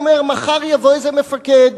הוא אומר: מחר יבוא איזה מפקד